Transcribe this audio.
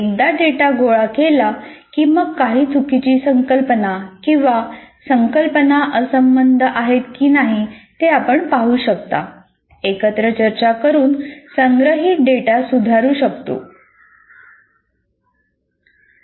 एकदा डेटा गोळा केला की मग काही चुकीची संकल्पना किंवा संकल्पना असंबद्ध आहेत की नाही ते आपण पाहू शकता एकत्र चर्चा करून संग्रहित डेटा सुधारू शकतो